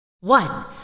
One